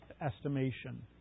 estimation